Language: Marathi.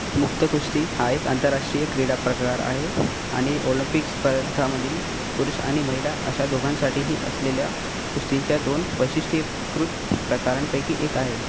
मुक्त कुस्ती हा एक आंतरराष्ट्रीय क्रीडाप्रकार आहे आणि ऑलिम्पिक स्पर्धांमधील पुरुष आणि महिला अशा दोघांसाठीही असलेल्या कुस्तींच्या दोन वैशिष्ट्यीकृत प्रकारांपैकी एक आहे